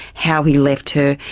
how he left her,